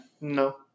No